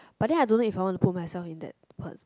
but then I don't know if I want to put myself in that pos~